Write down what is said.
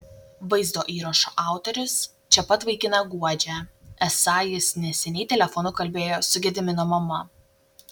vaizdo įrašo autorius čia pat vaikiną guodžia esą jis neseniai telefonu kalbėjo su gedimino mama